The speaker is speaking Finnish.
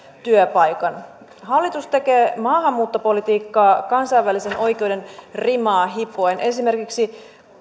työpaikan hallitus tekee maahanmuuttopolitiikkaa kansainvälisen oikeuden rimaa hipoen esimerkiksi